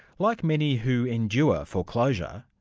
like many who endure foreclosure,